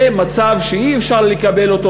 זה מצב שאי-אפשר לקבל אותו,